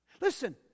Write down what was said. Listen